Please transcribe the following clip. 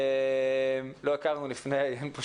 לא הכרנו לפני כן.